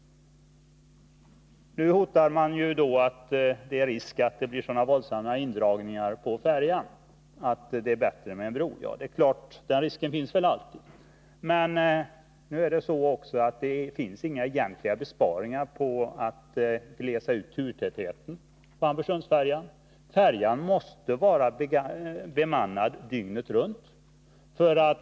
Nu hotar man med att det är risk för att det blir sådana våldsamma indragningar i färjetrafiken att det är bättre med en bro. Det är klart att den risken väl alltid finns, men det är inte några egentliga besparingar att göra på att glesa ut turerna på färjelinjen. Färjan måste vara bemannad dygnet runt.